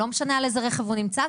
לא משנה על איזה רכב הוא נמצא,